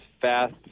Fast